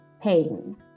pain